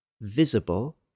visible